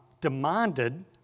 demanded